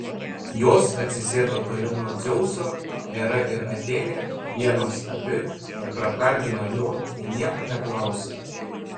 jos atsisėdo toliau nuo dzeuso hera ir atėnė vienos abi neprakalbino jo ir nieko neklausė